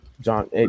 John